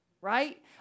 right